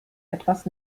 etwas